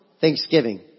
Thanksgiving